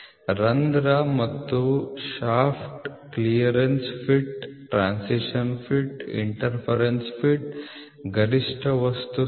ರಂಧ್ರ ಮತ್ತು shaft clearance fit transition fit interference fit ಗರಿಷ್ಠ ವಸ್ತು ಸ್ಥಿತಿ